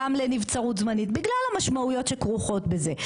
גם לנבצרות זמנית בגלל המשמעויות שכרוכות בזה.